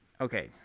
okay